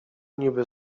niby